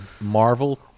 Marvel